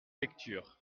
lecture